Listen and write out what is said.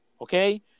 okay